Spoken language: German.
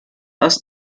aus